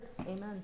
Amen